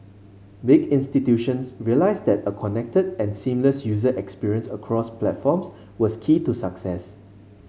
big institutions realised that a connected and seamless user experience across platforms was key to success